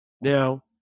Now